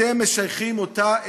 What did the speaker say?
אתם משייכים אותה אלינו.